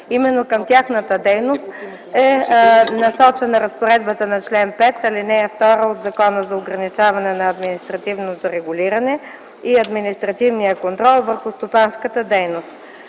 Именно към тяхната дейност е насочена разпоредбата на чл. 5, ал. 2 от Закона за ограничаване на административното регулиране и административния контрол върху стопанската дейност.